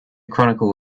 chronicle